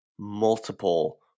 multiple